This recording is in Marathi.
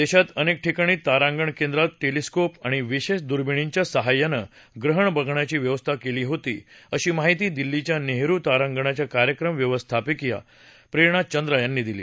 देशात अनेक ठिकाणी तारागंण केंद्रात टेलिस्कोप आणि विशेष दुर्बिणींच्या सहाय्यानं ग्रहण बघण्याची व्यवस्था केली होती अशी माहिती दिल्लीच्या नेहरू तारांगणच्या कार्यक्रम व्यवस्थापिका प्रेरणा चंद्रा यांनी दिली